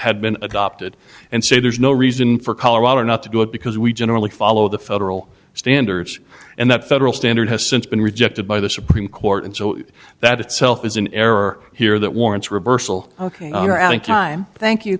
had been adopted and say there's no reason for colorado not to do it because we generally follow the federal standards and that federal standard has since been rejected by the supreme court and so that itself is an error here that warrants reversal ok are out of time thank you